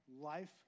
life